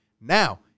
Now